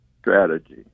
strategy